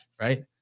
right